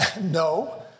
No